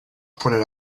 pointed